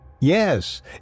Yes